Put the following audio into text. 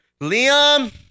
Liam